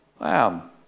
wow